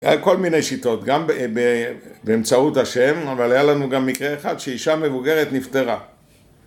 ‫כל מיני שיטות, גם באמצעות השם, ‫אבל היה לנו גם מקרה אחד ‫שאישה מבוגרת נפטרה.